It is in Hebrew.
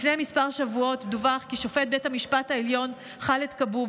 לפני כמה שבועות דווח כי שופט בית המשפט העליון ח'אלד כבוב